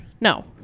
No